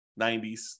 90s